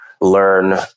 learn